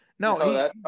No